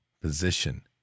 position